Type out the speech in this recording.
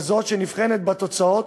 כזאת שנבחנת בתוצאות,